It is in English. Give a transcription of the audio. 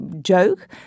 joke